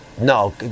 No